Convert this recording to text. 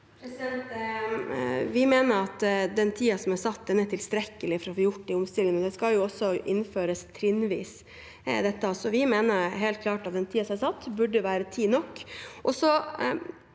Vi mener at den tiden som er satt, er tilstrekkelig for å få gjort de omstillingene. De skal jo også innføres trinnvis, så vi mener helt klart at den tiden som er satt, burde være tid nok.